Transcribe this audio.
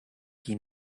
qui